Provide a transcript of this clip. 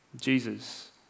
Jesus